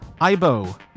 iBo